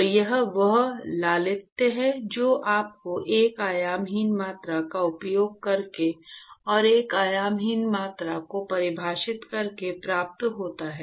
तो यह वह लालित्य है जो आपको एक आयामहीन मात्रा का उपयोग करके और एक आयामहीन मात्रा को परिभाषित करके प्राप्त होता है